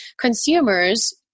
consumers